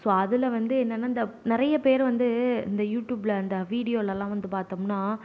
so அதில் வந்து என்னன்னா இந்த நிறைய பேர் வந்து இந்த யூடியூப்புல இந்த வீடியோலலாம் வந்து பார்த்தம்னா